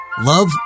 love